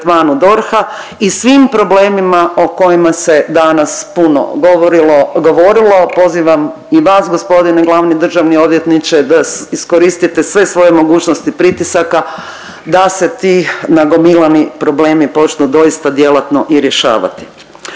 tretmanu DORH-a i svim problemima o kojima se danas puno govorilo, govorilo, a pozivam i vas g. glavni državni odvjetniče da iskoristite sve svoje mogućnosti pritisaka da se ti nagomilani problemi počnu doista djelatno i rješavati.